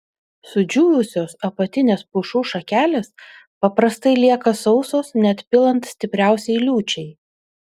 sudžiūvusios apatinės pušų šakelės paprastai lieka sausos net pilant stipriausiai liūčiai